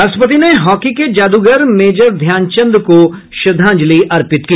राष्ट्रपति ने हॉकी के जादूगर मेजर ध्यान चंद को श्रद्धांजलि अर्पित की